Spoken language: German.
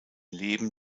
leben